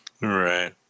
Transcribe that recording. Right